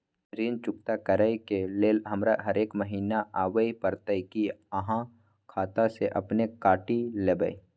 ऋण चुकता करै के लेल हमरा हरेक महीने आबै परतै कि आहाँ खाता स अपने काटि लेबै?